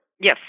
Yes